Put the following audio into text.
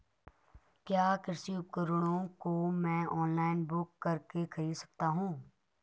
क्या कृषि उपकरणों को मैं ऑनलाइन बुक करके खरीद सकता हूँ?